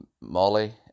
Molly